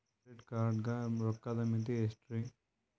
Credit card ಗ ರೋಕ್ಕದ್ ಮಿತಿ ಎಷ್ಟ್ರಿ?